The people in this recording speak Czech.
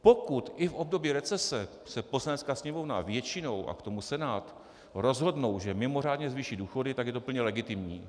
Pokud i v období recese se Poslanecká sněmovna většinou, a k tomu Senát, rozhodnou, že mimořádně zvýší důchody, tak je to plně legitimní.